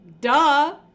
duh